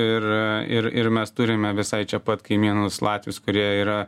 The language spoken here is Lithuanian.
ir ir ir mes turime visai čia pat kaimynus latvius kurie yra